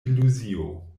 iluzio